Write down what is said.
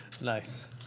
Nice